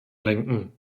lenken